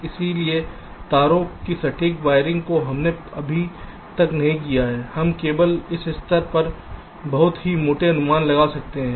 इसलिए तारों की सटीक वायरिंग को हमने अभी तक नहीं किया है हम केवल इस स्तर पर बहुत ही मोटे अनुमान लगा सकते हैं